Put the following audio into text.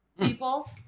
people